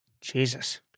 Jesus